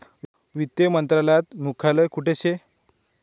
वित्त मंत्रालयात मुख्यालय कोठे शे